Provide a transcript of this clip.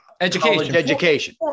education